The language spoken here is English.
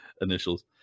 initials